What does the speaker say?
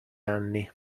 anni